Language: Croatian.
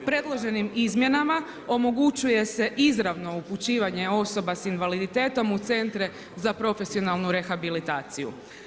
Predloženim izmjenama omogućuje se izravno upućivanje osoba s invaliditetom u Centre za profesionalnu rehabilitaciju.